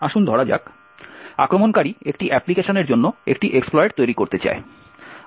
আসুন ধরা যাক আক্রমণকারী একটি অ্যাপ্লিকেশনের জন্য একটি এক্সপ্লয়েট তৈরি করতে চায়